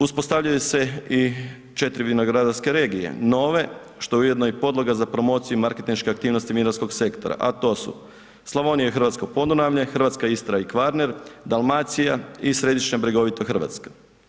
Uspostavljaju se i 4 vinogradarske regije, nove, što je ujedno i podloga za promociju marketinške aktivnosti vinarskog sektora, a to su Slavonija i hrvatsko Podunavlje, hrvatska Istra i Kvarner, Dalmacija i Središnja bregovita Hrvatska.